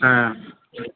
हाँ ठीक